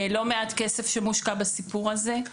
לא מעט כסף מושקע בסיפור הזה,